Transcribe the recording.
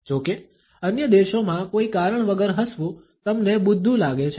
જોકે અન્ય દેશોમાં કોઈ કારણ વગર હસવું તમને બુદ્ધુ લાગે છે